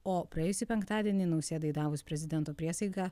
o praėjusį penktadienį nausėdai davus prezidento priesaiką